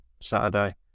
Saturday